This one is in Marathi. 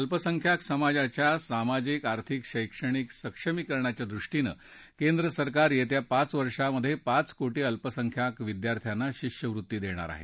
अल्पसंख्याक समाजाच्या सामाजिक आर्थिक शैक्षणिक सक्षमीकरणाच्या दृष्टीनं केंद्र सरकार येत्या पाच वर्षात पाच कोटी अल्पसंख्याक विद्यार्थ्यांना शिष्यवृत्ती देणार आहे